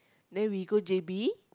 then we go J_B